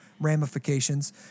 ramifications